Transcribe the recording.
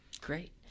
Great